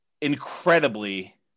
incredibly